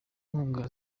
nkunga